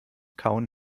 kauen